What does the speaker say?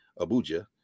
Abuja